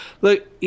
Look